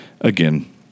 again